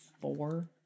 four